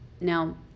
Now